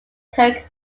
kirk